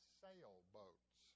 sailboats